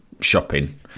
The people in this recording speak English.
shopping